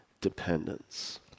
dependence